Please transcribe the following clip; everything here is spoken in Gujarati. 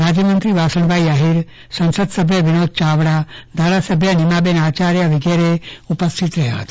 રાજ્યમંત્રી વાસણભાઈ આહિર સંસદસભ્ય વિનોદ ચાવડા ધારાસભ્ય નિમાબેન આચાર્ય વિગેરે ઉપસ્થિત રહ્યા હતા